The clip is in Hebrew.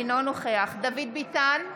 אינו נוכח דוד ביטן,